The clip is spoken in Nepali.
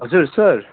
हजुर सर